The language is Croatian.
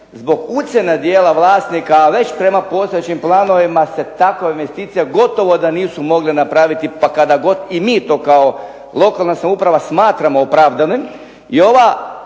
zbog ucjene dijela vlasnika, a već prema postojećim planovima se takva investicija gotovo nisu mogle napraviti, pa kada god i mi to kao lokalna samouprava smatramo opravdanim.